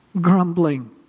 grumbling